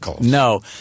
No